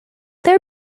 there